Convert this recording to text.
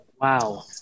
Wow